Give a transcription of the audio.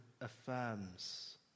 affirms